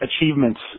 achievements